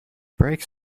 brakes